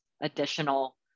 additional